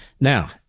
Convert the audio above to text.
Now